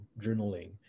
journaling